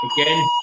again